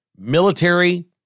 military